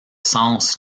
sens